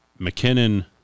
McKinnon